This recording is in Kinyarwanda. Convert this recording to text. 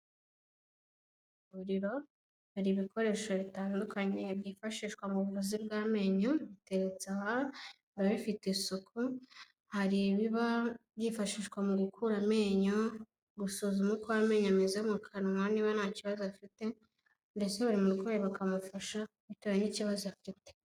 Ivuriro, hari ibikoresho bitandukanye byifashishwa mu buvuzi bw'amenyo, biteretse aha, biba bifite isuku, hari ibiba byifashishwa mu gukura amenyo, gusuzuma uko amenyo ameze mu kanwa niba nta kibazo afite, mbese buri murwayi bakamufasha bitewe n'ikibazo afite.